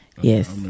Yes